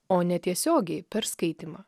o netiesiogiai per skaitymą